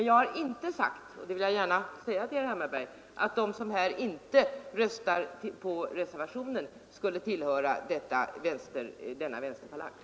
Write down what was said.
Jag har inte sagt att de som här inte röstar på reservationen skulle tillhöra den vänsterfalangen.